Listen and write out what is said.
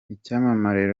icyamamare